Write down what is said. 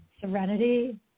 serenity